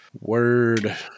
word